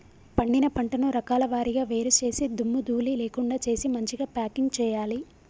పండిన పంటను రకాల వారీగా వేరు చేసి దుమ్ము ధూళి లేకుండా చేసి మంచిగ ప్యాకింగ్ చేయాలి